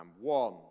One